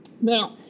Now